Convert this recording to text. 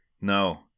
No